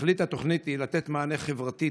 תכלית התוכנית היא לתת מענה חברתי,